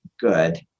good